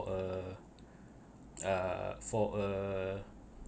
uh uh for uh